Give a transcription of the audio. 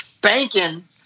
banking